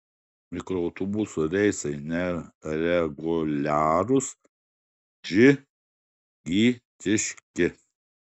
mikroautobusų reisai nereguliarūs džigitiški